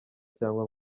cyangwa